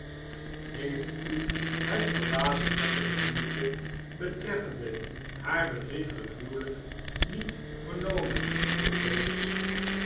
heeft u het verbazingwekkende nieuwtje betreffende haar bedriegelijk huwelijk niet vernomen vroeg